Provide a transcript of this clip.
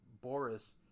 Boris